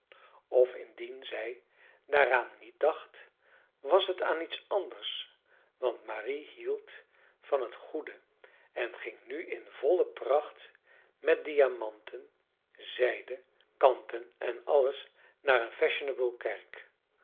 of indien zij daaraan niet dacht was het aan iets anders want marie hield van het goede en ging nu in volle pracht met diamanten zijde kanten en alles naar eene fashionable kerk